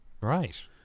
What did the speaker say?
right